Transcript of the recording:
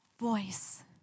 voice